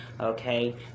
okay